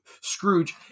Scrooge